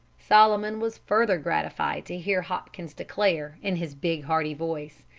solomon was further gratified to hear hopkins declare, in his big, hearty voice.